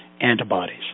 antibodies